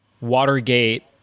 Watergate